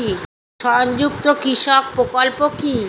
সংযুক্ত কৃষক প্রকল্প কি?